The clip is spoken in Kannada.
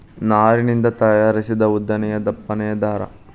ನಾರಿನಿಂದ ತಯಾರಿಸಿದ ಉದ್ದನೆಯ ದಪ್ಪನ ದಾರಾ